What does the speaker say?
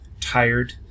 tired